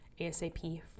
ASAP